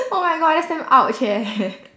oh my god that's damn !ouch! eh